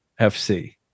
FC